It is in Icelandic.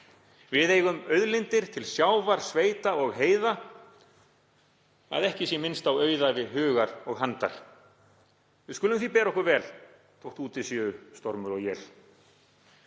Við eigum auðlindir til sjávar, sveita og heiða, að ekki sé minnst á auðæfi hugar og handar. Við skulum því bera okkur vel þótt úti séu stormur og él.